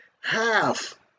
half